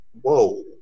Whoa